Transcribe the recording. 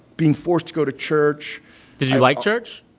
being forced to go to church did you like church?